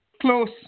close